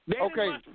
okay